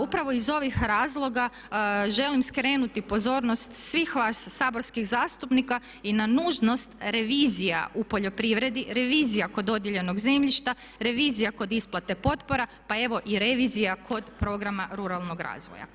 Upravo iz ovih razloga želim skrenuti pozornost svih vas saborskih zastupnika i na nužnost revizija u poljoprivredi, revizija kod dodijeljenog zemljišta, revizija kod isplate potpora, pa evo i revizija kod programa ruralnog razvoja.